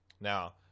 Now